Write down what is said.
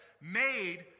made